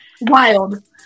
Wild